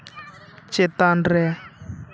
ᱪᱮᱛᱟᱱ ᱨᱮ